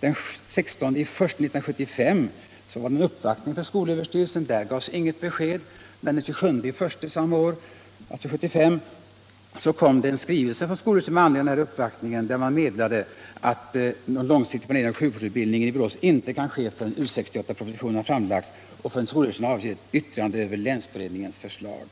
Den 16 januari 1975 skedde en uppvaktning för skolöverstyrelsen. Då gavs inget besked. Men den 27 januari samma år, dvs. 1975, kom en skrivelse från skolöverstyrelsen med anledning av denna uppvaktning, där man meddelade att någon långsiktig planering av sjuksköterskeutbildningen i Borås inte kunde ske förrän U 68-propositionen framlagts och skolöverstyrelsen avgett yttrande över länsberedningens förslag.